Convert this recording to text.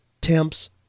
temps